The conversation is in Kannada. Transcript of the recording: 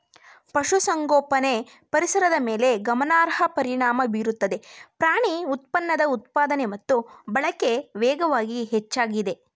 ಪಶುಸಂಗೋಪನೆ ಪರಿಸರದ ಮೇಲೆ ಗಮನಾರ್ಹ ಪರಿಣಾಮ ಬೀರುತ್ತದೆ ಪ್ರಾಣಿ ಉತ್ಪನ್ನದ ಉತ್ಪಾದನೆ ಮತ್ತು ಬಳಕೆ ವೇಗವಾಗಿ ಹೆಚ್ಚಾಗಿದೆ